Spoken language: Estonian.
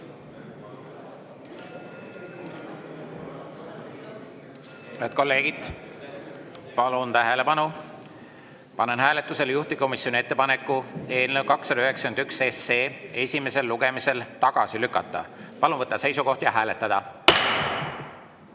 kolleegid, palun tähelepanu! Panen hääletusele juhtivkomisjoni ettepaneku eelnõu 291 esimesel lugemisel tagasi lükata. Palun võtta seisukoht ja hääletada!